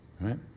right